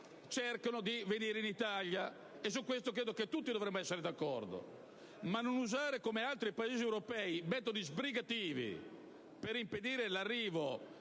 cercano di venire in Italia. Al riguardo ritengo che tutti dovremmo essere d'accordo. Ma non usare, come altri Paesi europei, metodi sbrigativi per impedire l'arrivo